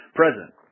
present